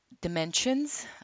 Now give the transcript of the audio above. dimensions